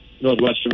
Northwestern